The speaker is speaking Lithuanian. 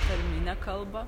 tarminę kalbą